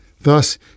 Thus